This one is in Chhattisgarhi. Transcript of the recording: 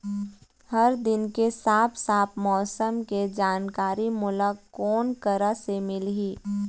हर दिन के साफ साफ मौसम के जानकारी मोला कोन करा से मिलही?